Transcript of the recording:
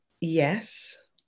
yes